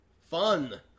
Fun